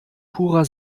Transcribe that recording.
purer